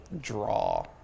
draw